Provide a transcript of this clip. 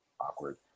awkward